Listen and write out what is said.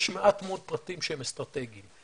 יש מעט מאוד פרטים שהם אסטרטגיים.